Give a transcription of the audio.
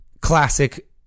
classic